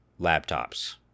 laptops